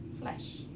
flesh